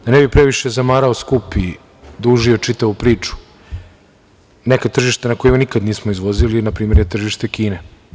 Da ne bih previše zamarao skup i dužio čitavu priču, neka tržišta na kojima nikada nismo izvozili je, na primer, tržište Kine.